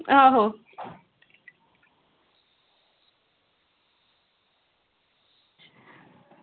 आहो